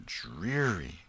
dreary